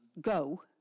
go